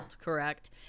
correct